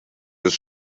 des